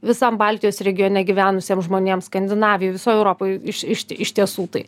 visam baltijos regione gyvenusiems žmonėms skandinavijoj visoj europoj iš iš iš tiesų tai